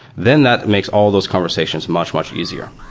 then that makes all those conversations much, much easier.